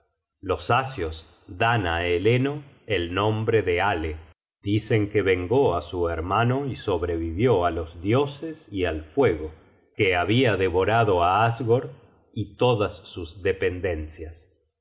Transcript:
los asios dan á eleno el nombre de ale dicen que vengó á su hermano y sobrevivió á los dioses y al fuego que habia devorado á asgord y todas sus dependencias